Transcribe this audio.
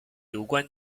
有关